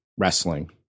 wrestling